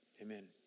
amen